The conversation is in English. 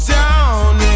Down